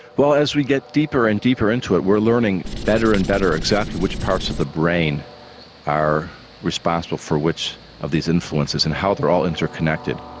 well as we get deeper and deeper into it we're learning better and better exactly which parts of the brain are responsible for which of these influences and how they're all interconnected.